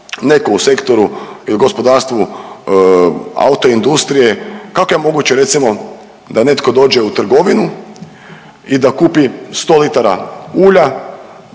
neko u sektoru il gospodarstvu autoindustrije, kako je moguće recimo da netko dođe u trgovinu i da kupi 100 litara ulja,